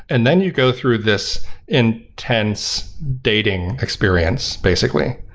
and then you go through this intense dating experience basically,